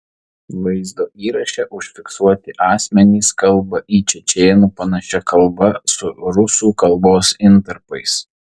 vaizdo įraše užfiksuoti asmenys kalba į čečėnų panašia kalba su rusų kalbos intarpais